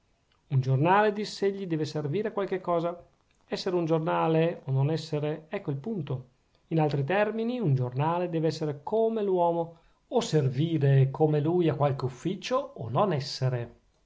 un giornale diss'egli deve servire a qualche cosa essere un giornale o non essere ecco il punto in altri termini un giornale dev'essere come l'uomo o servire come lui a qualche ufficio o non essere